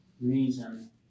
reason